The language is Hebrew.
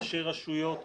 ראשי רשויות,